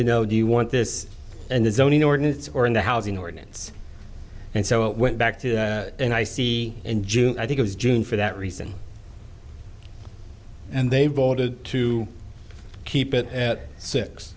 to know do you want this and the zoning ordinance or and the housing ordinance and so it went back to and i see in june i think it was june for that reason and they voted to keep it at six